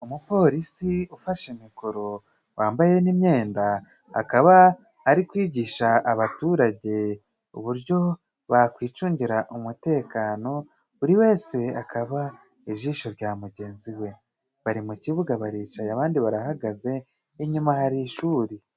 Umupolisi ufashe mikoro wambaye n'imyenda, akaba ari kwigisha abaturage uburyo bakwicungira umutekano buri wese akaba ijisho rya mugenzi we. Bari mu kibuga baricaye abandi barahagaze, inyuma hari ishuri.